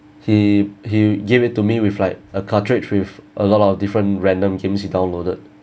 he he gave it to me with like a cartridge with a lot of different random games he downloaded